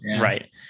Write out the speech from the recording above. right